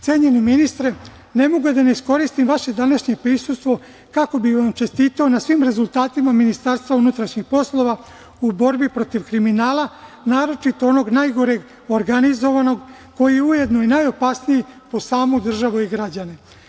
Cenjeni ministre, ne mogu a da ne iskoristim vaše današnje prisustvo kako bi vam čestitao na svim rezultatima MUP-a u borbi protiv kriminala, naročito onog najgoreg, organizovanog koji je ujedno i najopasniji po samu državu i građane.